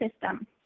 system